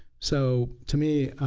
so to me